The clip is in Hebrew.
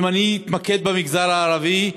ואם אני אתמקד במגזר הערבי,